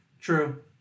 True